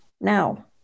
now